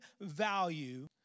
value